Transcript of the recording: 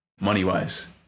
Money-wise